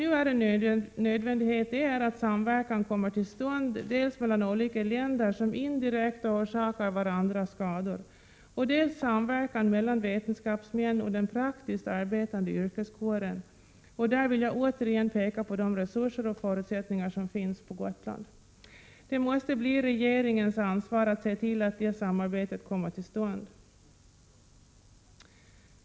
Det är nu en nödvändighet att samverkan kommer till stånd dels mellan olika länder som indirekt orsakar varandra skador, dels mellan vetenskapsmännen och den praktiskt arbetande yrkeskåren. Där vill jag återigen peka på de resurser och förutsättningar som finns på Gotland. Det måste bli regeringens ansvar att se till att detta samarbete kommer till stånd.